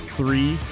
Three